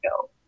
go